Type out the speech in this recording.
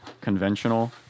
conventional